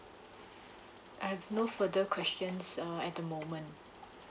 I've no further questions err at the moment